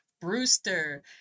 Brewster